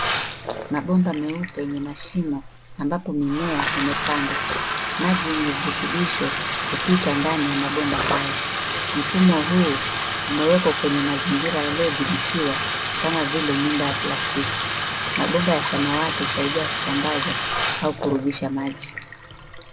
Mabomba meupe yenye mashimo, ambapo mimea imepandwa, maji yenye virutubisho, hupita ndani ya mabomba hayo. Mfumo huu, umewekwa kwenye mazingira yaliodhibitiwa kama vile nyumba ya plastiki. Mabomba ya samawati husaidia kusambaza, au kurudisha maji.